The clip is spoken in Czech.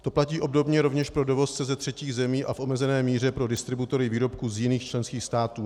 To platí obdobně rovněž pro dovozce ze třetích zemí a v omezené míře pro distributory výrobků z jiných členských států.